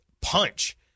punch